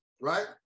right